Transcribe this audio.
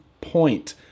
point